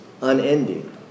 unending